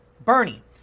Bernie